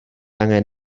angen